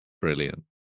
Brilliant